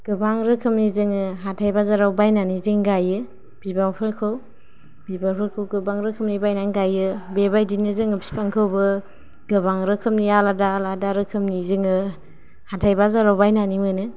गोबां रोखोमनि जोंयो हाथाइ बोजाराव बायनानै जों गायो बिबारफोरखौ बिबारफोरखौ गोबां रोखोमनि बायनानै गायो बेबायदिनो जोंयो फिफांखौबो गोबां रोखोमनि आलादा आलादा रोखोमनि जोंयो हाथाय बाजाराव बायनानै मोनो